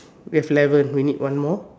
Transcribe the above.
we have eleven we need one more